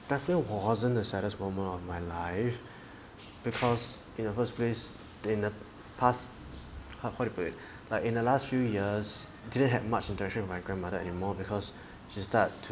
definitely wa~ wasn't the saddest moment of my life because in the first place in the past how how to put it like in the last few years didn't have much interaction with my grandmother anymore because she start to